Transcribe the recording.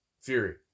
Fury